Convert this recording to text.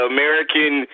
American